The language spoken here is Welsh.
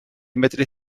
medru